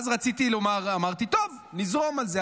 אז אמרתי: טוב, נזרום על זה.